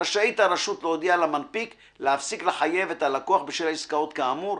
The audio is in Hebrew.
רשאית הרשות להודיע למנפיק להפסיק לחייב את הלקוח בשל עסקאות כאמור,